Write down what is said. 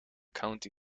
county